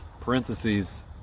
parentheses